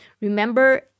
Remember